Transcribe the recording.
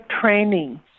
training